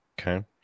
Okay